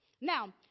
now